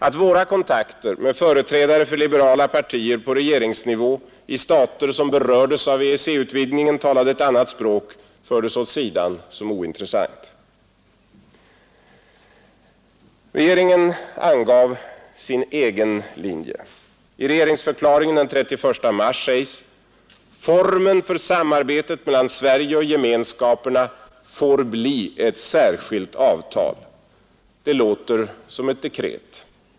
Att våra kontakter med företrädare för liberala partier på regeringsnivå i stater som berördes av EEC-utvidgningen talade ett annat språk fördes åt sidan som ointressant. Regeringen angav sin egen linje. I regeringsförklaringen den 31 mars sägs: ”Formen för samarbetet mellan Sverige och Gemenskaperna får bli ett särskilt avtal ———” Det låter som ett dekret.